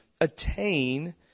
attain